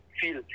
feel